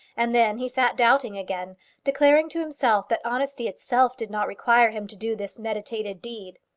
and then he sat doubting again declaring to himself that honesty itself did not require him to do this meditated deed.